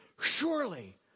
Surely